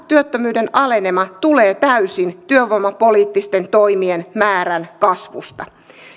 työttömyyden alenema tulee täysin työvoimapoliittisten toimien määrän kasvusta